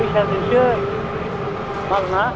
फैसाजोंसो मावो ना